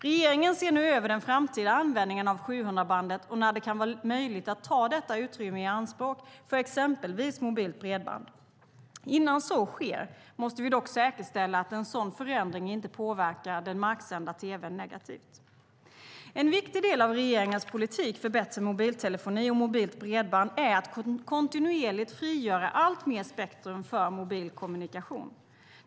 Regeringen ser nu över den framtida användningen av 700-bandet och när det kan vara möjligt att ta detta utrymme i anspråk för exempelvis mobilt bredband. Innan så sker måste vi dock säkerställa att en sådan förändring inte påverkar den marksända tv:n negativt. En viktig del av regeringens politik för bättre mobiltelefoni och mobilt bredband är att kontinuerligt frigöra alltmer spektrum för mobil kommunikation.